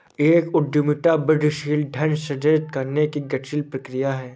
एक उद्यमिता वृद्धिशील धन सृजित करने की गतिशील प्रक्रिया है